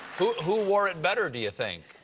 who who wore it better, do you think?